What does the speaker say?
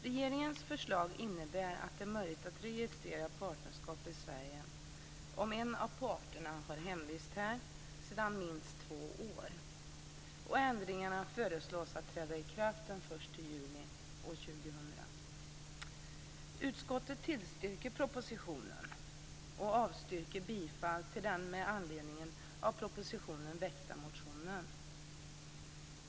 Regeringens förslag innebär att det blir möjligt att registrera partnerskap i Sverige om en av parterna har hemvist här sedan minst två år, och ändringarna föreslås att träda i kraft den 1 juli 2000. Utskottet tillstyrker propositionen och avstyrker bifall till den med anledning av propositionen väckta motionen.